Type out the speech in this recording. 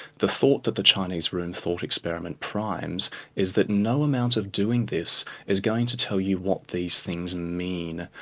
the thought that the chinese room thought experiment primes is that no amount of doing this is going to tell you want these things mean.